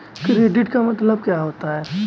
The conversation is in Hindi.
क्रेडिट का मतलब क्या होता है?